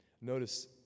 Notice